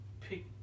pick